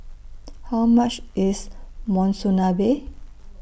How much IS Monsunabe